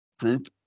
group